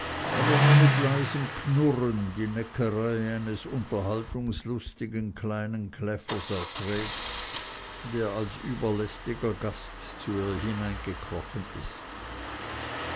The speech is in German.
aber nur mit leisem knurren die neckerei eines unterhaltungslustigen kleinen kläffers erträgt der als überlästiger gast zu ihr hineingekrochen ist